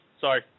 Sorry